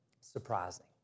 Surprising